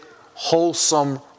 wholesome